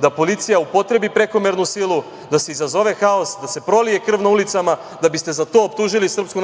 da policija upotrebi prekomernu silu, da se izazove haos, da se prolije krv na ulicama, da biste za to optužili SNS